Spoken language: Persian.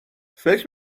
فکر